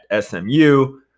SMU